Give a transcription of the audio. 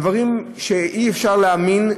דברים שאי-אפשר להאמין.